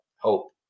hope